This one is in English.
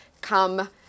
come